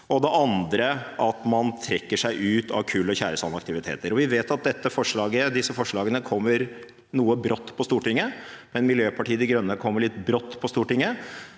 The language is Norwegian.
forslaget er at man trekker seg ut av kull- og tjæresandaktiviteter. Vi vet at disse forslagene kommer noe brått på Stortinget, men Miljøpartiet De Grønne kom vel også litt brått på Stortinget.